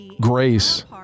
grace